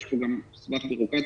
יש פה גם סבך ביורוקרטי,